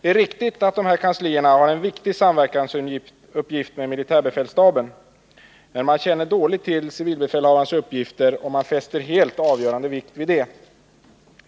Det är riktigt att dessa kanslier har en viktig uppgift när det gäller samverkan med militärbefälsstaben, men man känner Nr 144 dåligt till civilbefälhavarens uppgifter om man fäster helt avgörande vikt vid Tisdagen den detta.